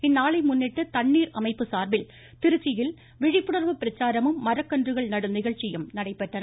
இந்நாளை முன்னிட்டு தண்ணீர் அமைப்பு சார்பில் திருச்சியில் விழிப்புணர்வு பிரச்சாரமும் மரக்கன்றுகள் நடும் நிகழ்ச்சியும் நடைபெற்றது